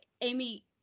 Amy